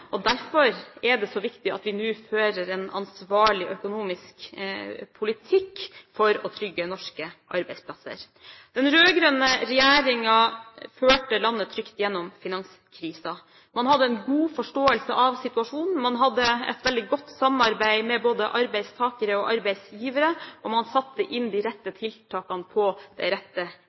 Derfor er det så viktig at vi nå fører en ansvarlig økonomisk politikk for å trygge norske arbeidsplasser. Den rød-grønne regjeringen førte landet trygt gjennom finanskrisen. Man hadde en god forståelse av situasjonen, man hadde et veldig godt samarbeid med både arbeidstakere og arbeidsgivere, og man satte inn de rette tiltakene på det rette